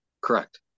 correct